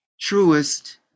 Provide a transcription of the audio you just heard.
truest